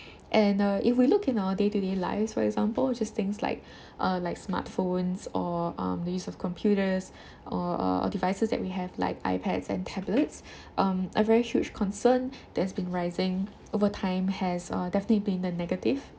and uh if we look in our day to day lives for examples which is things like uh like smartphones or um the use of computers or uh devices that we have like iPads and tablets um a very huge concern that has been rising over time has uh definitely been the negative